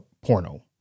porno